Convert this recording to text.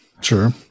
sure